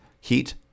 Heat